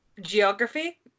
geography